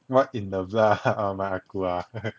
what in the blood oh my ah gu ah